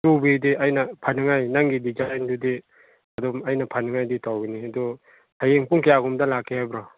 ꯇꯨꯕꯒꯤꯗꯤ ꯑꯩꯅ ꯐꯅꯤꯡꯉꯥꯏ ꯅꯪꯒꯤ ꯗꯤꯖꯥꯏꯟꯗꯨꯗꯤ ꯑꯗꯨꯝ ꯑꯩꯅ ꯐꯅꯤꯡꯉꯥꯏꯗꯤ ꯇꯧꯒꯅꯤ ꯑꯗꯨ ꯍꯌꯦꯡ ꯄꯨꯡ ꯀꯌꯥꯒꯨꯝꯕꯗ ꯂꯥꯛꯀꯦ ꯍꯥꯏꯕ꯭ꯔꯣ